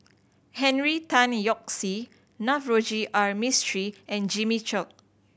Henry Tan Yoke See Navroji R Mistri and Jimmy Chok